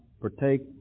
partake